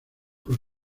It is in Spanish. por